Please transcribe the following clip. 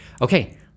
Okay